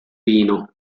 vino